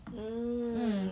mm